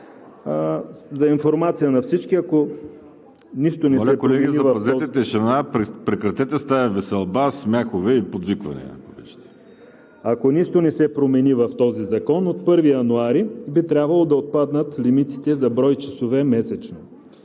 обичате. РУМЕН ГЕНОВ: Ако нищо не се промени в този закон, от 1 януари би трябвало да отпаднат лимитите за брой часове месечно.